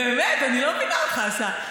באמת, אני לא מבינה אותך, השר.